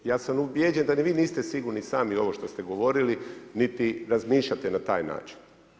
Ja sam ubijeđen da niti vi niste sigurni sami ovo što ste govorili niti razmišljate na taj način.